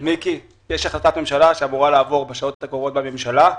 יש החלטת ממשלה שאמורה לעבור בשעות הקרובות בממשלה.